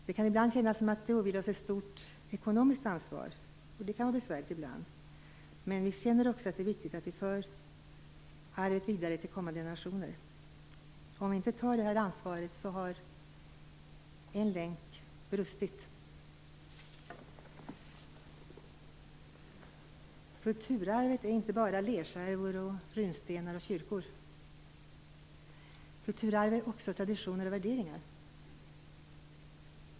Det kan ibland kännas som att det åvilar oss ett stort ekonomiskt ansvar, och det kan vara besvärligt ibland, men vi känner också att det är viktigt att vi för arvet vidare till kommande generationer. Om vi inte tar det här ansvaret har en länk brustit. Kulturarvet är inte bara lerskärvor, runstenar och kyrkor. Kulturarvet är också traditioner och värderingar.